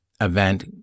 event